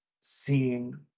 seeing